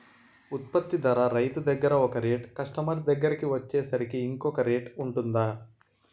ఉత్పత్తి ధర రైతు దగ్గర ఒక రేట్ కస్టమర్ కి వచ్చేసరికి ఇంకో రేట్ వుంటుందా?